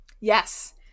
yes